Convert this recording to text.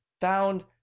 found